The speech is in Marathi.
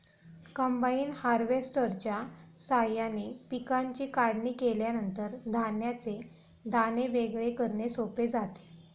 कंबाइन हार्वेस्टरच्या साहाय्याने पिकांची काढणी केल्यानंतर धान्याचे दाणे वेगळे करणे सोपे जाते